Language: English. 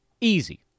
Easy